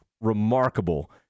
remarkable